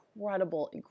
incredible